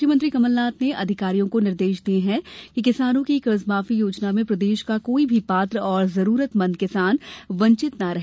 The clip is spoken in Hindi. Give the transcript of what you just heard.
मुख्यमंत्री कमल नाथ ने अधिकारियों को निर्देश दिये हैं कि किसानों की कर्ज माफी योजना में प्रदेश का कोई भी पात्र और जरूरतमंद किसान वंचित न रहे